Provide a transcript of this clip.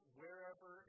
wherever